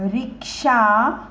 rickshaw